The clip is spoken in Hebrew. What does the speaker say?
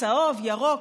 צהוב וירוק.